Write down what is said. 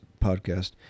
podcast